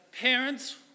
parents